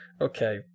okay